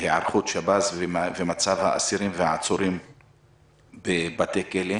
והיערכות שב"ס ומצב האסירים והעצורים בבתי הכלא.